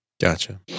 Gotcha